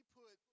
put